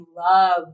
love